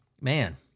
Man